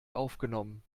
aufgenommen